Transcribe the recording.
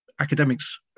academics